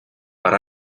but